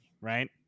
right